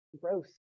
gross